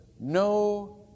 no